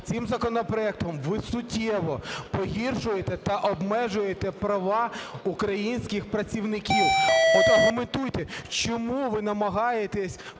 Цим законопроектом ви суттєво погіршуєте та обмежуєте права українських працівників. От аргументуйте, чому ви намагаєтесь